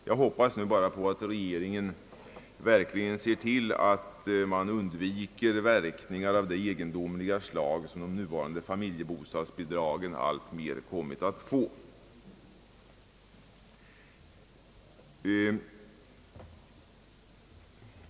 Jag hoppas nu bara att regeringen verkligen ser till att man undviker verkningar av det egendom liga slag som det nuvarande familjebostadsbidraget alltmer kommit att få.